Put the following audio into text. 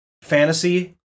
Fantasy